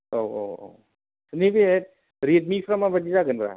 औ औ औ नैबे रेडमिफ्रा माबायदि जागोनरा